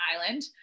Island